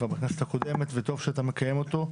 בכנסת הקודמת וטוב שאתה מקיים אותו.